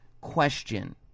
question